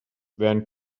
werden